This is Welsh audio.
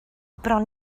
bron